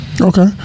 Okay